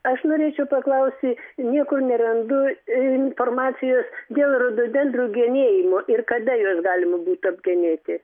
aš norėčiau paklausti niekur nerandu informacijos dėl rododendrų genėjimo ir kada juos galima būtų apgenėti